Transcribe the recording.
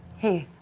hey.